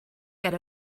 ger